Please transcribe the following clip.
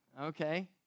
okay